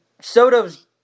Soto's